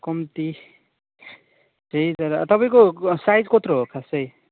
कम्ती त्यही तर तपाईँको साइज कत्रो हो खास चाहिँ